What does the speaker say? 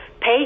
Pay